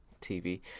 TV